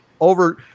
over